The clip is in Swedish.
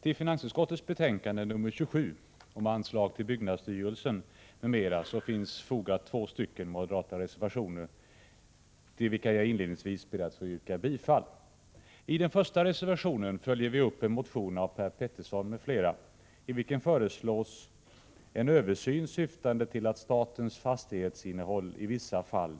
Till finansutskottets betänkande 27 om anslag till byggnadsstyrelsen m.m. finns fogade två moderata reservationer, till vilka jag inledningsvis ber att få yrka bifall. I den första reservationen följer vi upp en motion av Per Petersson m.fl. i vilken föreslås en översyn, syftande till avveckling av statens fastighetsinnehavi vissa fall.